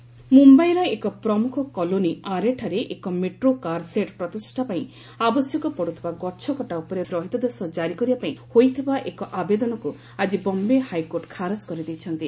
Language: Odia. କୋର୍ଟ ଆରେ ମୁମ୍ବାଇର ଏକ ପ୍ରମୁଖ କଲୋନୀ ଆରେ ଠାରେ ଏକ ମେଟ୍ରୋ କାର୍ ସେଡ୍ ପ୍ରତିଷ୍ଠା ପାଇଁ ଆବଶ୍ୟକ ପଡ଼ୁଥିବା ଗଛକଟା ଉପରେ ରହିତାଦେଶ ଜାରି କରିବାପାଇଁ ହୋଇଥିବା ଏକ ଆବେଦନକ୍ର ଆଜି ବମ୍ବେ ହାଇକୋର୍ଟ ଖାରଜ କରିଦେଇଛନ୍ତି